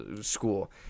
school